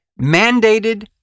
mandated